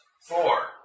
four